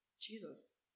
Jesus